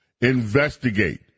Investigate